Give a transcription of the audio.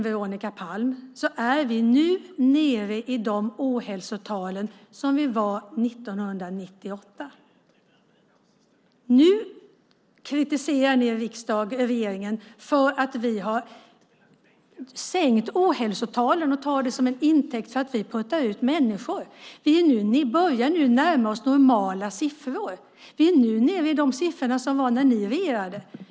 Veronica Palm, egentligen är vi nu nere på de ohälsotal som vi hade 1998. Nu kritiserar ni regeringen för att vi har sänkt ohälsotalen och tar det till intäkt för att vi puttar ut människor. Vi börjar nu närma oss normala siffror. Vi är nu nere på de siffror som vi hade när ni regerade.